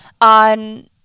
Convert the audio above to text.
on